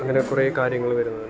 അങ്ങനെ കുറെ കാര്യങ്ങൾ വരുന്നുണ്ട്